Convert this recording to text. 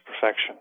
perfection